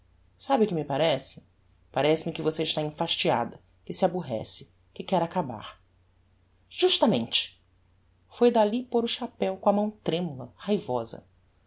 sabe o que me parece parece-me que você está enfastiada que se aborrece que quer acabar justamente foi dali pôr o chapéu com a mão tremula raivosa